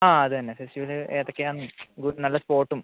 ആ അതുതന്നെ തൃശൂർ ഏതൊക്കെയാണെന്നും ഗുഡ് നല്ല സ്പോട്ടും